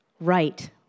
right